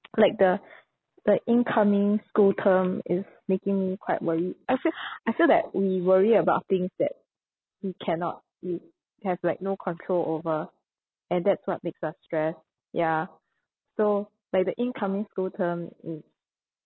like the the incoming school term is making me quite worried I feel I feel that we worry about things that we cannot we have like no control over and that's what makes us stressed ya so like the incoming school term mm